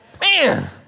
Man